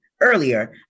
earlier